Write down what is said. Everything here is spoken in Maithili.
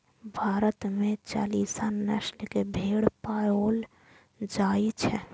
भारत मे चालीस नस्ल के भेड़ पाओल जाइ छै